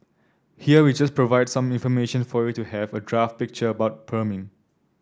here we just provide some information for you to have a draft picture about perming